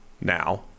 now